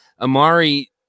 Amari